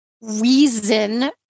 reason